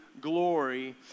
glory